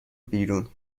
بیرون